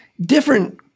different